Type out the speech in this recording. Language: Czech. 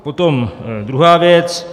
Potom druhá věc.